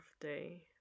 day